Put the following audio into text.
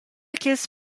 ch’ils